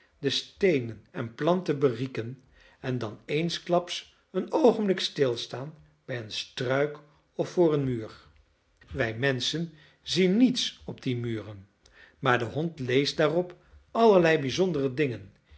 de steenen en planten berieken en dan eensklaps een oogenblik stilstaan bij een struik of voor een muur wij menschen zien niets op die muren maar de hond leest daarop allerlei bijzondere dingen